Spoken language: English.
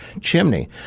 chimney